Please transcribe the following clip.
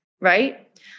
right